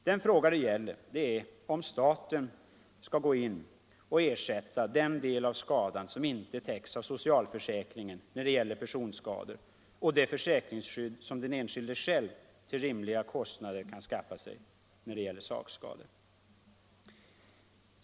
Den fråga det gäller är om staten bör träda in och ersätta den del av skadan som inte täcks av socialförsäkringen, när det gäller personskador, och det försäkringsskydd som den enskilde själv till rimliga kostnader kan skaffa sig, när det gäller sakskador.